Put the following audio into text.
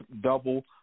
double